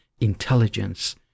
intelligence